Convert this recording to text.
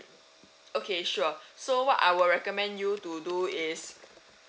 okay sure so what I will recommend you to do is